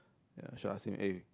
ya should ask him eh